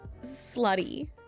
slutty